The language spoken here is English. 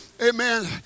Amen